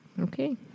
Okay